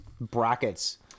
brackets